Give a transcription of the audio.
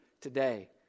today